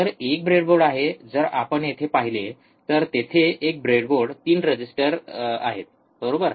तर एक ब्रेडबोर्ड आहे जर आपण येथे पाहिले तर तेथे एक ब्रेडबोर्ड 3 रेजिस्टर आहेत बरोबर